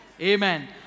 Amen